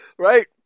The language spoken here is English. right